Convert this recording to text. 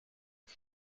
was